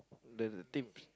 there's the teams